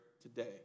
today